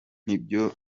n’ibyo